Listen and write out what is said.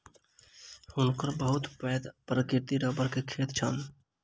हुनकर बहुत पैघ प्राकृतिक रबड़ के खेत छैन